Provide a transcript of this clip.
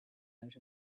out